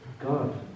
God